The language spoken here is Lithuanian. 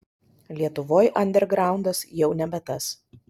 lietuvoj andergraundas jau nebe tas